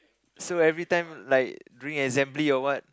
so everytime like during assembly or what